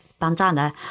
bandana